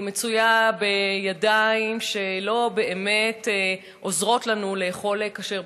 היא בידיים שלא באמת עוזרות לנו לאכול כשר,